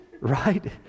right